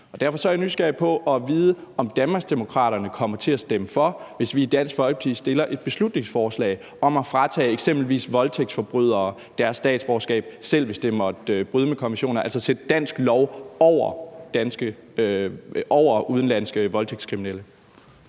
Derfor er jeg nysgerrig på at vide, om Danmarksdemokraterne kommer til at stemme for, hvis vi i Dansk Folkeparti fremsætter et beslutningsforslag om at fratage eksempelvis voldtægtsforbrydere deres statsborgerskab, selv hvis det måtte bryde med konventionerne, altså at sætte dansk lov igennem over for udenlandske voldtægtskriminelle.